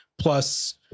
plus